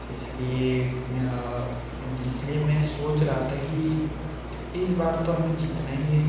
इसलिए इसलिए मैं सोच रहा था कि इस बार तो हमें जीतना ही है